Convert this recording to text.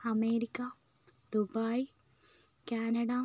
America Dubai Canada